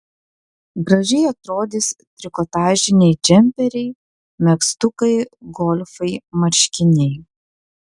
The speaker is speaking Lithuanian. gražiai atrodys trikotažiniai džemperiai megztukai golfai marškiniai